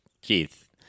Keith